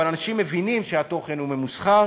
אבל אנשים מבינים שהתוכן הוא ממוסחר